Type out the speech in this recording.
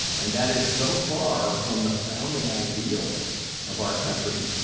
and that is so far from the founding ideals of our country.